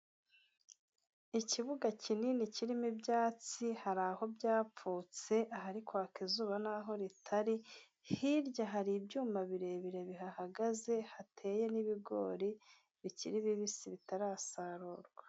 Ikibuga kinini, kirimo ibyatsi, hari aho byapfutse, ahari kwaka izuba n'aho ritari, hirya hari ibyuma birebire bihahagaze, hateye n'ibigori bikiri bibisi, bitarasarurwa.